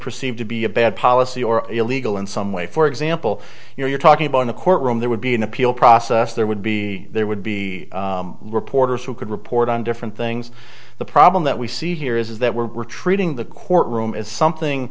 perceived to be a bad policy or illegal in some way for example you're talking about in a courtroom there would be an appeal process there would be there would be reporters who could report on different things the problem that we see here is that we're treating the courtroom as something